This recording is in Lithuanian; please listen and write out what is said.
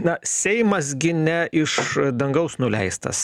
na seimas gi ne iš dangaus nuleistas